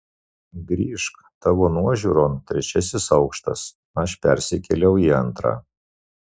grįžk tavo nuožiūron trečiasis aukštas aš persikėliau į antrą